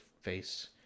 face